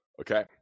Okay